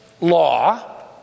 law